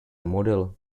model